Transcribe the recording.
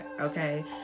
okay